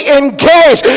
engage